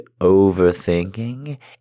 overthinking